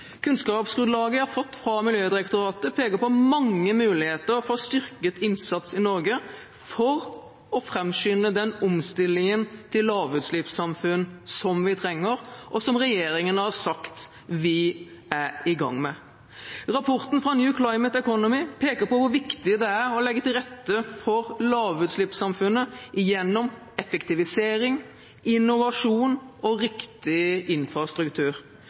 Kunnskapsgrunnlaget vi har fått fra Miljødirektoratet, peker på mange muligheter for styrket innsats i Norge for å framskynde den omstillingen til lavutslippssamfunn som vi trenger, og som regjeringen har sagt vi er i gang med. Rapporten fra New Climate Economy peker på hvor viktig det er å legge til rette for lavutslippssamfunnet gjennom effektivisering, innovasjon og riktig infrastruktur,